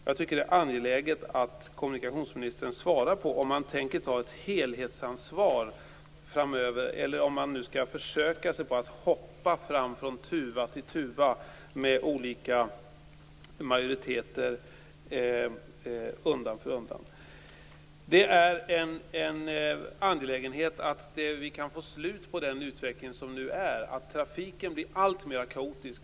Jag tycker att det är angeläget att kommunikationsministern svarar på om regeringen tänker ta ett helhetsansvar framöver eller om man skall försöka hoppa sig fram från tuva till tuva med olika majoriteter undan för undan. Det är angeläget att få slut på den nuvarande utvecklingen, dvs. att trafiken blir alltmer kaotisk.